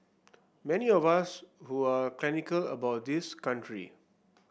many of us who are about this country